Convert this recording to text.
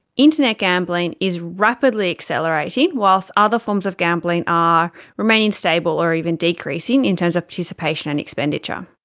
internet gambling is rapidly accelerating, whilst other forms of gambling are remaining stable or even decreasing in terms of participation and expenditure.